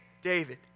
David